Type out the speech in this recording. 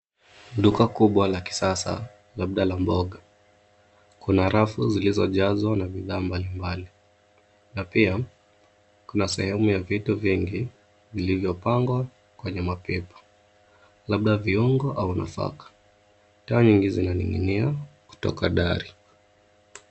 Duka kubwa la kisasa labda la mboga. Kuna rafu zilizojazwa na bidhaa mbalimbali na pia kuna sehemu ya vitu vingi vilivyopangwa kwenye mapepa, labda viungo au nafaka. Taa nyingi zinaning'inia kutoka dari.